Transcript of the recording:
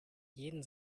jeden